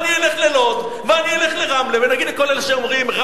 כמה עיתונאים שלא שמעו על זה.